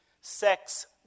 sex